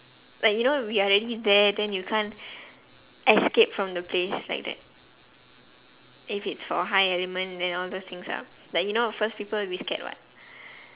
like you know we are already there then you can't escape from the place like that if it's for high element where all those things are like you know at first people will be scared [what]